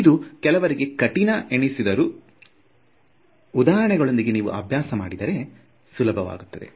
ಇದು ಕೆಲವರಿಗೆ ಕಠಿಣ ಎನಿಸಿದರೆ ಉದಾಹರಣೆಗಳೊಂದಿಗೆ ನೀವು ಅಭ್ಯಾಸ ಮಾಡಿದರೆ ಸುಲಭ ವಾಗುತ್ತದೆ